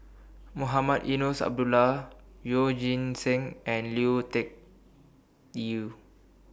Mohamed Eunos Abdullah Yeoh Ghim Seng and Lui Tuck Yew